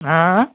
হাঁ হাঁ হাঁ